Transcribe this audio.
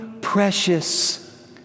precious